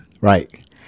right